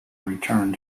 returned